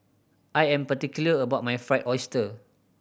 I am particular about my Fried Oyster